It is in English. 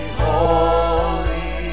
holy